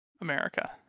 America